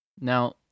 Now